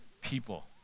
People